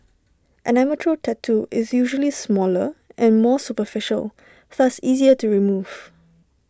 an amateur tattoo is usually smaller and more superficial thus easier to remove